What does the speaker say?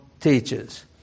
teaches